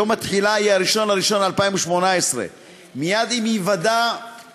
יום התחילה יהיה 1 בינואר 2018. מייד עם היוודע הדבר,